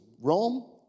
Rome